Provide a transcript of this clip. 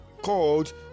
called